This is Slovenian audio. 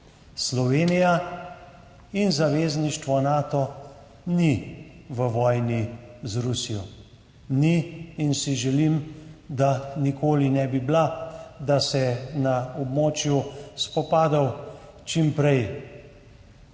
Slovenija in zavezništvo Nato nista v vojni z Rusijo. Ni in si želim, da nikoli ne bi bila, da se na območju spopadov čim prej